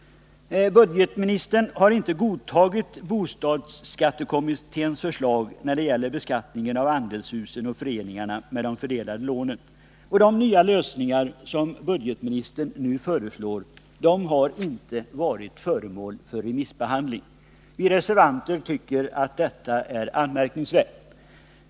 Budgetministern har inte godtagit bostadsskattekommitténs förslag när det gäller beskattningen av andelshusen och föreningarna med fördelade lån. De nya lösningar som budgetministern nu föreslår har inte varit föremål för remissbehandling. Vi reservanter tycker att detta är anmärkningsvärt.